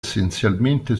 essenzialmente